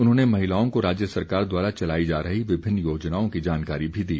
उन्होंने महिलाओं को राज्य सरकार द्वारा चलाई जा रही विभिन्न योजनाओं की जानकारी भी दी